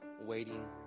waiting